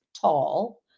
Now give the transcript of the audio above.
tall